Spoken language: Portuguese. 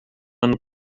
ano